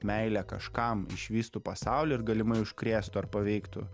meilė kažkam išvystų pasaulį ir galimai užkrėstų ar paveiktų